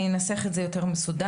אני אנסח את זה יותר מסודר.